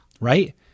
Right